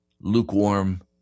lukewarm